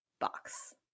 box